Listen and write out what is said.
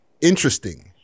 interesting